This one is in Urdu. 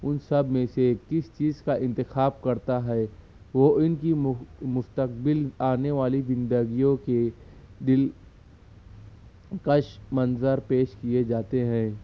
ان سب میں سے کس چیز کا انتخاب کرتا ہے وہ ان کی منہ مستقبل آنے والی زندگیوں کے دلکش منظر پیش کیےجاتے ہیں